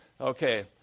Okay